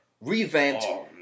revamp